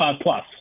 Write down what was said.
plus